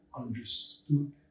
understood